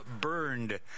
Burned